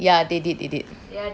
ya they did they did